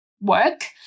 work